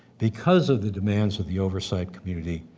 because of the demands of the oversight community,